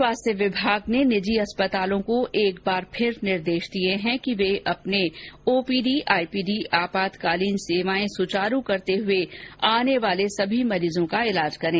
स्वास्थ्य विभाग ने राज्य के निजी अस्पतालों को एक बार फिर निर्देशित किया है कि वे अपने ओपीडी आईपीडी आपातकालीन सेवाएं सुचारू करते हुए आने वाले मरीजों का इलाज करें